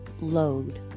load